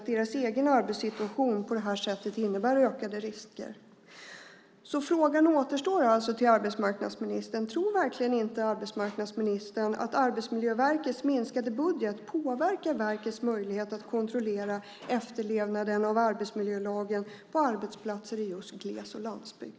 Deras egen arbetssituation innebär på det sättet ökade risker. Frågan till arbetsmarknadsministern kvarstår. Tror verkligen inte arbetsmarknadsministern att Arbetsmiljöverkets minskade budget påverkar verkets möjlighet att kontrollera efterlevnaden av arbetsmiljölagen på arbetsplatser i just gles och landsbygd?